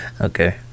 okay